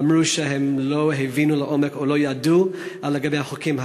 אמרו שהם לא הבינו לעומק או לא ידעו לגבי החוקים.